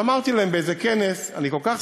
אז אמרתי להם באיזה כנס: אני כל כך